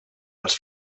els